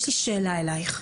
יש לי שאלה אלייך.